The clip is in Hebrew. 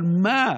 על מה?